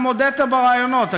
גם הודית בראיונות,